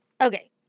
okay